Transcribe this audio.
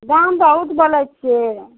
दाम बहुत बोलय छियै